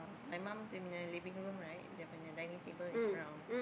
my mum dia punya living room right dia punya dinning table is round